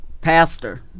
pastor